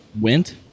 went